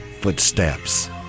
footsteps